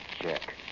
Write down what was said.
Jack